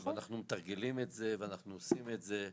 ואנחנו מתרגלים את זה, ואנחנו עושים את זה.